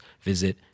visit